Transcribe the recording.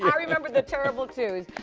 um remember the terrible twos.